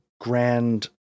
grand